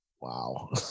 wow